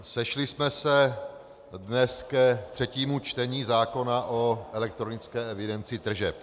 Sešli jsme se dnes ke třetímu čtení zákona o elektronické evidenci tržeb.